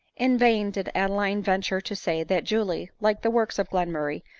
in vain did adeline venture to say that julie, like the works of glenmurray,